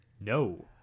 No